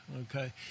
Okay